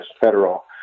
federal